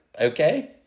okay